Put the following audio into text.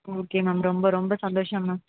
okay ma'am ரொம்ப ரொம்ப சந்தோஷம் மேம்